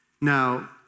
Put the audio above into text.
Now